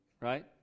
right